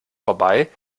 vorbei